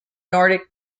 nordic